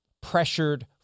pressured